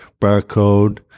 barcode